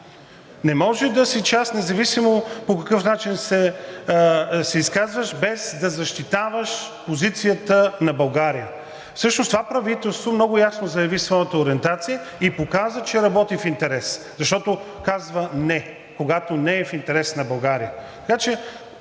Не може да си част, независимо по какъв начин се изказваш, без да защитаваш позицията на България. Всъщност това правителство много ясно заяви своята ориентация и показа, че работи в интерес, защото казва не, когато не е в интерес на България.